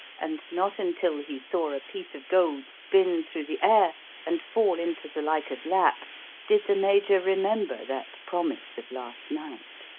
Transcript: and not until he saw a piece of gold spin through the air and fall into zuilika's lap did the major remember that promise of last night.